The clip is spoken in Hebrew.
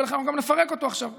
ולכן אנחנו גם נפרק אותו עכשיו.